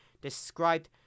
described